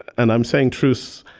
and i'm saying truths,